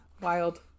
Wild